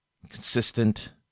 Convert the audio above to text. consistent